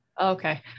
okay